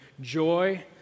joy